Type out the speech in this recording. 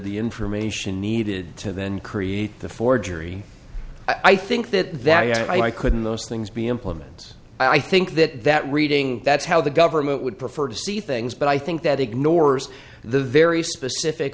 the information needed to then create the forgery i think that that i could in those things be implements i think that that reading that's how the government would prefer to see things but i think that ignores the very specific